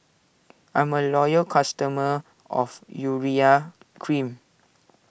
I'm a loyal customer of Urea Cream